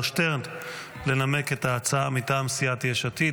שטרן לנמק את ההצעה מטעם סיעת יש עתיד.